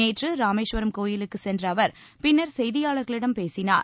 நேற்று ராமேஸ்வரம் கோயிலுக்கு சென்ற அவர் பின்னர் செய்தியாளர்களிடம் பேசினார்